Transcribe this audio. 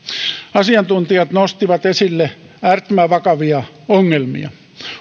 asiantuntijat nostivat esille äärettömän vakavia ongelmia